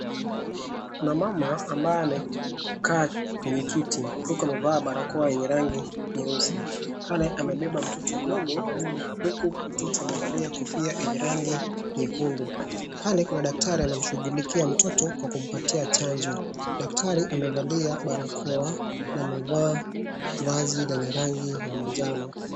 Kuna mama ambaye amekaa kwenye kiti huku amevaa barakoa yenye rangi nyeusi. Pale, amebeba mtoto mdogo huku mtoto amevalia kofia yenye rangi nyekundu. Pale, kuna daktari anamshughulikia mtoto kwa kumpatia chanjo. Daktari amevalia barakoa na amevaa vazi lenye rangi ya manjano.